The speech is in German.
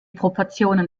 proportionen